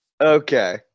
okay